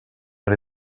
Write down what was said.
are